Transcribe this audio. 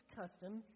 custom